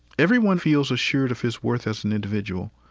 everyone feels assured of his worth as an individual.